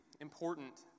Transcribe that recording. important